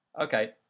Okay